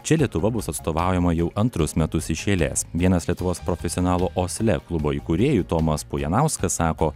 čia lietuva bus atstovaujama jau antrus metus iš eilės vienas lietuvos profesionalų osle klubo įkūrėjų tomas pujanauskas sako